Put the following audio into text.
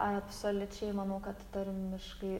absoliučiai manau kad tarmiškai